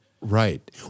Right